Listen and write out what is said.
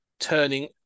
turning